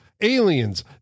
Aliens